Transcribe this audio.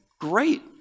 Great